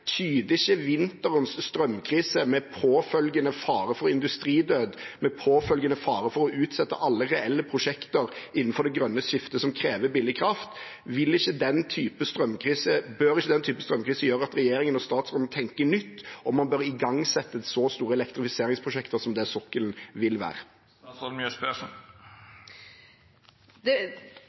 ikke vinterens strømkrise, med påfølgende fare for industridød, med påfølgende fare for å utsette alle reelle prosjekter innenfor det grønne skiftet som krever billig kraft, gjøre at regjeringen og statsråden tenker nytt om hvorvidt man bør igangsette så store elektrifiseringsprosjekter som det sokkelen vil